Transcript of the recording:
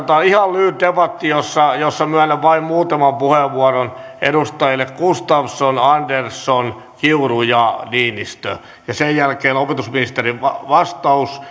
ihan lyhyt debatti jossa myönnän vain muutaman puheenvuoron edustajat gustafsson andersson kiuru ja niinistö sen jälkeen on opetusministerin vastaus